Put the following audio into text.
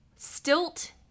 Stilt